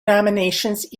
nominations